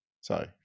sorry